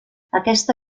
aquesta